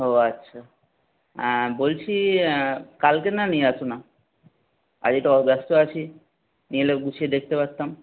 ও আচ্ছা বলছি কালকে নয় নিয়ে এসো না আজকে তো ব্যস্ত আছি নিয়ে এলে গুছিয়ে দেখতে পারতাম